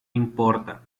importa